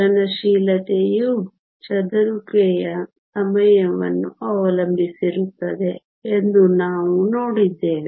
ಚಲನಶೀಲತೆಯು ಚದುರುವಿಕೆಯ ಸಮಯವನ್ನು ಅವಲಂಬಿಸಿರುತ್ತದೆ ಎಂದು ನಾವು ನೋಡಿದ್ದೇವೆ